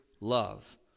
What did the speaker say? love